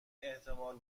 احتمال